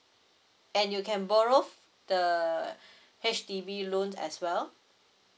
and you can borrow the H_D_B loan as well